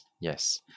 Yes